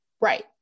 Right